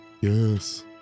Yes